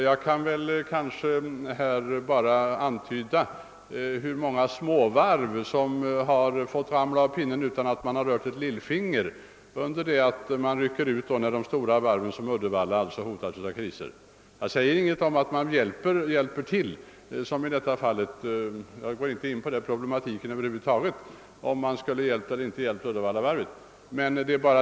Jag vill här som exempel anföra att många småvarv har fått »ramla av pinnen» utan att någon från statens sida rört ett lillfinger, under det att man gärna rycker ut för att rädda stora varv, såsom Uddevallavarvet, som hotas av kriser. Jag har ingenting emot att staten vill hjälpa till i sådana fall — jag går över huvud taget inte in på problematiken huruvida staten borde ha hjälpt Uddevallavarvet eller inte.